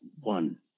one